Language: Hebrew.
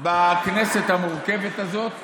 בכנסת המורכבת הזאת,